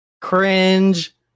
Cringe